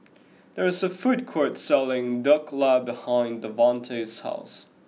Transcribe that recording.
there is a food court selling Dhokla behind Davante's house